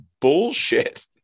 bullshit